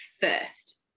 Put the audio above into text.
first